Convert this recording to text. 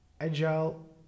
agile